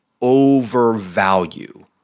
overvalue